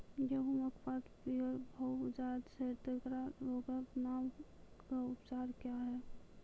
गेहूँमक पात पीअर भअ जायत छै, तेकरा रोगऽक नाम आ उपचार क्या है?